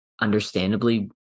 understandably